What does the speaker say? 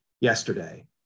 yesterday